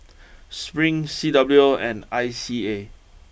Spring C W O and I C A